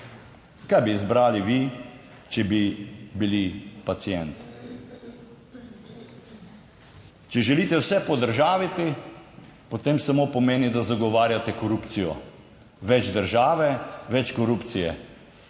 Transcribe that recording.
Kaj bi izbrali vi, če bi bili pacient? Če želite vse podržaviti, potem samo pomeni, da zagovarjate korupcijo, več države, več korupcije.